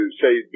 say